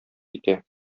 китә